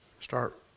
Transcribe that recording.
start